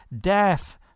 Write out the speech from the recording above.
death